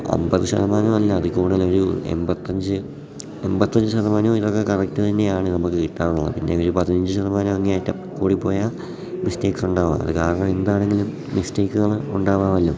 അമ്പത് ശതമാനവും അല്ല അതിൽ കൂടുതൽ ഒരു എമ്പത്തഞ്ച് എമ്പത്തഞ്ച് ശതമാനവും ഇതൊക്കെ കറക്റ്റ് തന്നെയാണ് നമുക്ക് കിട്ടാറുള്ളത് പിന്നെ ഒരു പതിനഞ്ച് ശതമാനം അങ്ങേയറ്റം കൂടിപ്പോയാൽ മിസ്റ്റേക്ക്സ് ഉണ്ടാവാം അത് കാരണം എന്താണെങ്കിലും മിസ്റ്റേക്കുകള് ഉണ്ടാവാമല്ലോ